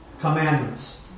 commandments